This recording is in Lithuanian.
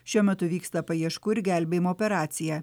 šiuo metu vyksta paieškų ir gelbėjimo operacija